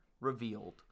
revealed